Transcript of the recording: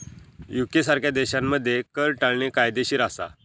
UK सारख्या देशांमध्ये कर टाळणे कायदेशीर असा